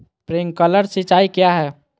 Sprinkler सिंचाई क्या है?